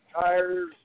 tires